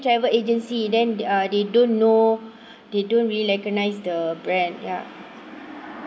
travel agency then uh they don't know they don't really recognize the brand ya